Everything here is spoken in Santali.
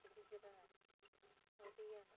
ᱜᱩᱡᱽᱨᱟᱴ ᱦᱚᱨᱤᱭᱟᱱᱟ ᱯᱟᱴᱱᱟ